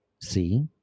see